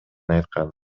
айткан